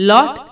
Lot